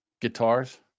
Guitars